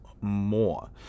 more